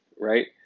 right